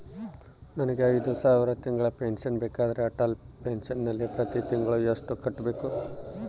ನನಗೆ ಐದು ಸಾವಿರ ತಿಂಗಳ ಪೆನ್ಶನ್ ಬೇಕಾದರೆ ಅಟಲ್ ಪೆನ್ಶನ್ ನಲ್ಲಿ ಪ್ರತಿ ತಿಂಗಳು ಎಷ್ಟು ಕಟ್ಟಬೇಕು?